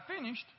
finished